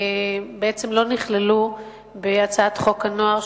בעצם לא נכללו בהצעת חוק הנוער,